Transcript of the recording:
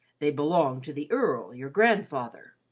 they belong to the earl, your grandfather.